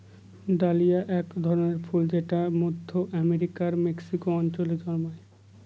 dahlia এক ধরনের ফুল যেটা মধ্য আমেরিকার মেক্সিকো অঞ্চলে জন্মায়